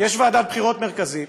יש ועדת בחירות מרכזית,